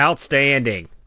Outstanding